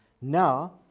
Now